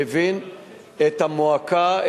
מבין את המועקה,